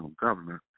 government